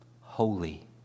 holy